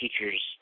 teachers